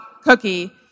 cookie